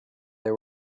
they